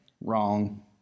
wrong